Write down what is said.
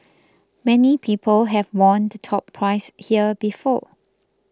many people have won the top prize here before